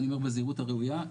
אני אומר בזהירות הראויה,